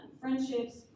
friendships